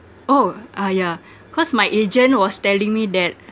oh uh yeah cause my agent was telling me that